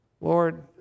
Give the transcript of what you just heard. Lord